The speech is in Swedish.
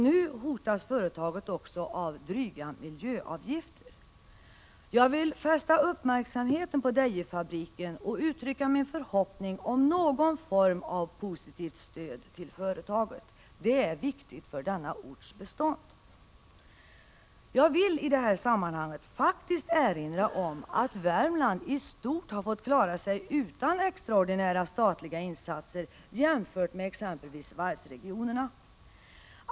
Nu hotas företaget också av dryga miljöavgifter. Jag vill fästa uppmärksamheten på Dejefabriken och uttrycka min förhoppning om någon form av positivt stöd till företaget. Det är viktigt för denna orts bestånd. Jag vill i detta sammanhang faktiskt erinra om att Värmland i stort fått klara sig utan extraordinära statliga insatser jämfört med exempelvis varvsregionerna.